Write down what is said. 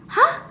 !huh!